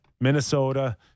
Minnesota